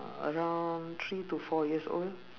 around three to four years old